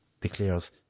declares